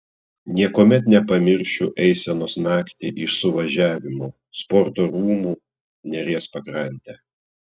niekuomet nepamiršiu eisenos naktį iš suvažiavimo sporto rūmų neries pakrante